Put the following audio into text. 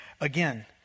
Again